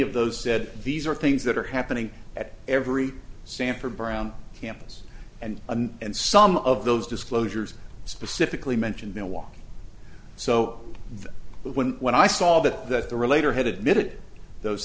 of those said these are things that are happening at every sanford brown campus and and some of those disclosures specifically mention no one so but when when i saw that that the relator had admitted those